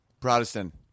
Protestant